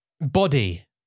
Body